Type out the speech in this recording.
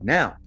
Now